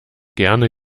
gerne